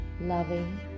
loving